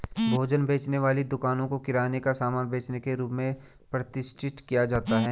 भोजन बेचने वाली दुकानों को किराने का सामान बेचने के रूप में प्रतिष्ठित किया जाता है